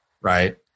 Right